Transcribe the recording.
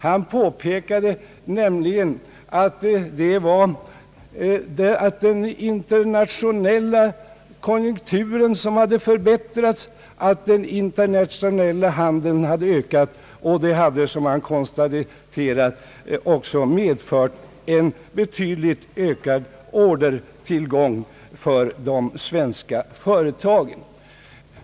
Han påpekade nämligen att den internationella konjunkturen hade förbättrats så att den internationella handeln hade ökat, vilket också enligt vad han konstaterade medfört en betydligt ökad ordertillgång för de svenska företagen.